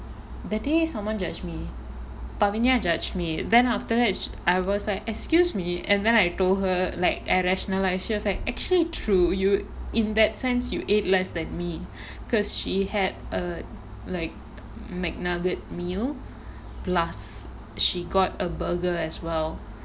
that day someone judge me pamania judged me then after that I was like excuse me and then I told her like I rationalise she was like actually true you in that sense you ate less than me because she had a like McNugget meal plus she got a burger as well